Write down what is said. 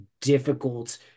difficult